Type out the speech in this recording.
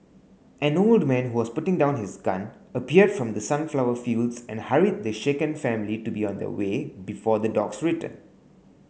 an old man who was putting down his gun appeared from the sunflower fields and hurried the shaken family to be on their way before the dogs return